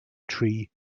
tree